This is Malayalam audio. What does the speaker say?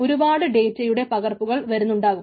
ഒരുപാട് ഡേറ്റയുടെ പകർപ്പുകൾ വരുന്നുണ്ടാകും